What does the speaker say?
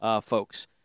folks